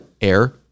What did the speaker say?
air